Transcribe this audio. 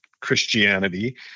Christianity